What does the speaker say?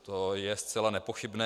To je zcela nepochybné.